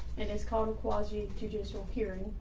and it's called quasi judicial hearing,